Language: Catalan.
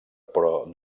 però